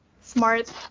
smart